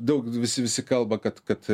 daug visi visi kalba kad kad